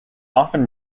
often